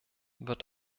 wird